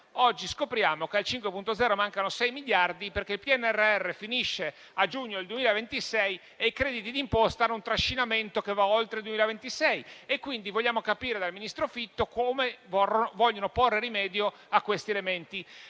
oggi scopriamo che a quel modello mancano 6 miliardi perché il PNRR finisce a giugno 2026 e i crediti d'imposta hanno un trascinamento che va oltre il 2026. Quindi, vogliamo capire dal ministro Fitto come vogliono porre rimedio a questi elementi.